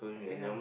yeah